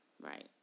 Right